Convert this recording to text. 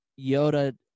Yoda